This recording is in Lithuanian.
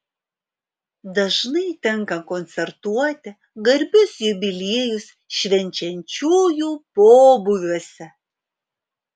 dažnai tenka koncertuoti garbius jubiliejus švenčiančiųjų pobūviuose